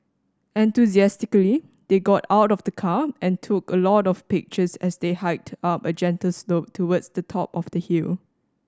enthusiastically they got out of the car and took a lot of pictures as they hiked up a gentle slope towards the top of the hill